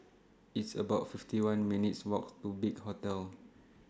It's about fifty one minutes' Walk to Big Hotel